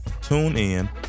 TuneIn